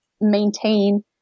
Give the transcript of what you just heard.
maintain